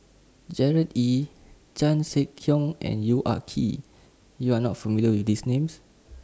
Gerard Ee Chan Sek Keong and Yong Ah Kee YOU Are not familiar with These Names